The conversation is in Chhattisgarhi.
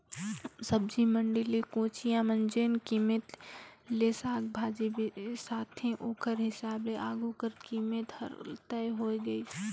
सब्जी मंडी ले कोचिया मन जेन कीमेत ले साग भाजी बिसाथे ओकर हिसाब ले आघु कर कीमेत हर तय होए गइस